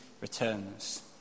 returns